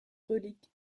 reliques